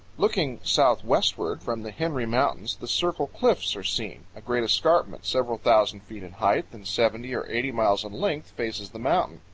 looking southwestward from the henry mountains the circle cliffs are seen. a great escarpment, several thousand feet in height and seventy or eighty miles in length, faces the mountain.